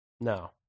No